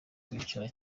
kwicara